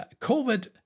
COVID